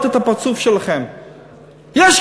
פעם אחת ולתמיד,